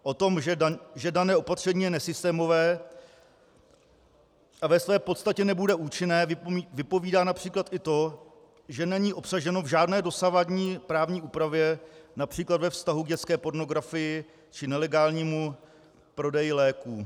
O tom, že dané opatření je nesystémové a ve své podstatě nebude účinné, vypovídá například i to, že není obsaženo v žádné dosavadní právní úpravě, například ve vztahu k dětské pornografii či nelegálnímu prodeji léků.